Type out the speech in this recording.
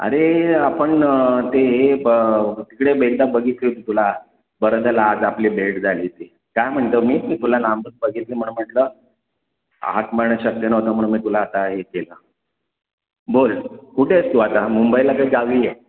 अरे आपण ते हे ब तिकडे एकदा बघितली होती तुला बरं झालं आज आपली भेट झाली ते काय म्हणतो मीच तुला लांबून बघितलं म्हणून म्हटलं हाक मारणं शक्य नव्हतं म्हणून मी तुला आता हे केलं बोल कुठे आहेस तू आता मुंबईला का गावी आहे